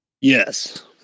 Yes